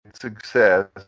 success